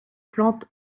plantes